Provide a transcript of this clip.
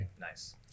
Nice